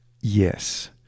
Yes